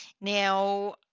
Now